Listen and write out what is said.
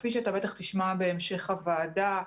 כפי שאתה בטח תשמע בהמשך הוועדה,